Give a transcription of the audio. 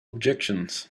objections